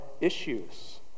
issues